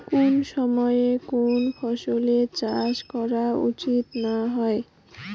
কুন সময়ে কুন ফসলের চাষ করা উচিৎ না হয়?